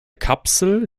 kapsel